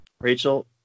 rachel